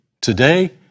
Today